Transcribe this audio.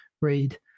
read